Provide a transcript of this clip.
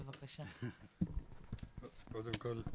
קודם כל,